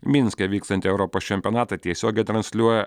minske vykstantį europos čempionatą tiesiogiai transliuoja